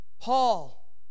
Paul